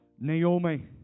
Naomi